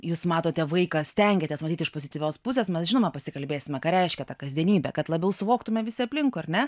jūs matote vaiką stengiatės matyt iš pozityvios pusės mes žinoma pasikalbėsime ką reiškia ta kasdienybė kad labiau suvoktume visi aplinkui ar ne